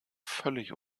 völlig